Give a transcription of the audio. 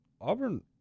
Auburn